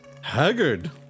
haggard